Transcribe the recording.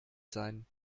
sein